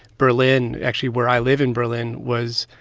berlin actually, where i live in berlin was,